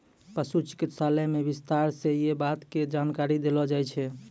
पशु चिकित्सालय मॅ विस्तार स यै बात के जानकारी देलो जाय छै